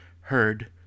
heard